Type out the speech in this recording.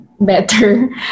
better